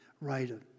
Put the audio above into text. writer